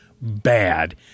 bad